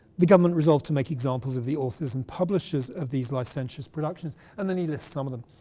the government resolved to make examples of the authors and publishers of these licentious productions, and then he lists some of them.